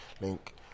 link